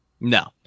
No